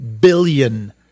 billion